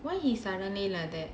why he suddenly like that